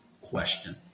question